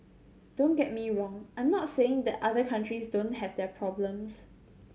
don't get me wrong I'm not saying that other countries don't have their problems